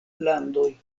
landoj